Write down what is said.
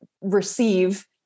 receive